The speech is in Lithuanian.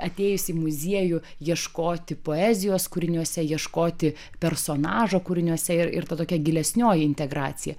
atėjus į muziejų ieškoti poezijos kūriniuose ieškoti personažo kūriniuose ir ir tokia gilesnioji integracija